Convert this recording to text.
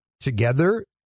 Together